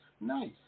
nice